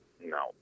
No